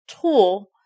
tool